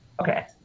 Okay